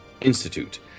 Institute